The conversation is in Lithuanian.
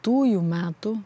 tųjų metų